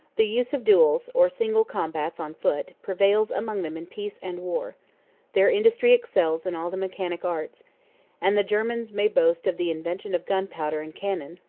the use of duels, or single combats on foot, prevails among them in peace and war their industry excels in all the mechanic arts and the germans may boast of the invention of gunpowder and cannon,